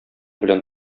белән